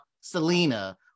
Selena